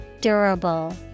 durable